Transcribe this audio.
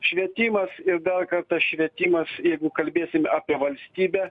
švietimas ir dar kartą švietimas jeigu kalbėsim apie valstybę